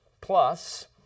plus